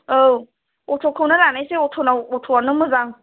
औ अट'खौनो लानोसै अट'आनो मोजां